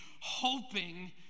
hoping